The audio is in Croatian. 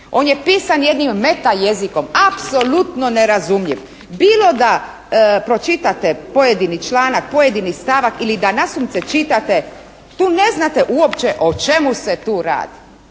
On je pisan jednim meta jezikom, apsolutno nerazumljiv bilo da pročitate pojedini članak, pojedini stavak ili da nasumce čitate, tu ne znate uopće o čemu se tu radi.